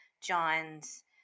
John's